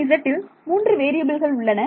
Ezல் மூன்று வேறியபில்கள் உள்ளன